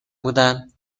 بودند